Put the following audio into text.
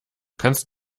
kannst